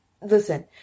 Listen